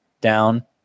down